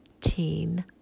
Teen